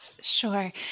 Sure